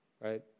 right